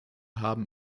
haben